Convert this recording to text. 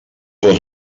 pot